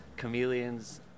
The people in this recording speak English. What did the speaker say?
Chameleons